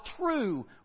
true